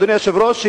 אדוני היושב-ראש,